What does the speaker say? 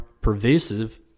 pervasive